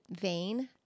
vein